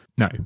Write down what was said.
No